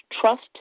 trust